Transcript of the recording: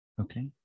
Okay